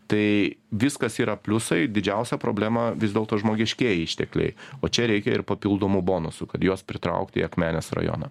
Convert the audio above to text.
tai viskas yra pliusai didžiausia problema vis dėlto žmogiškieji ištekliai o čia reikia ir papildomų bonusų kad juos pritraukt į akmenės rajoną